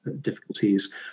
difficulties